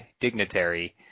Dignitary